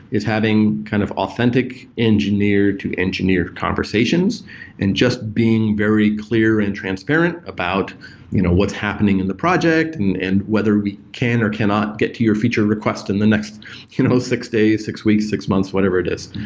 is having kind of authentic engineer-to-engineer conversations and just being very clear and transparent about you know what's happening in the project and and whether we can or cannot get to your feature request and the next you know six days, six weeks, six months, whatever it is.